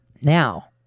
now